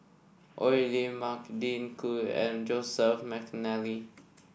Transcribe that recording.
Oi Lin Magdalene Khoo and Joseph McNally